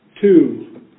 Two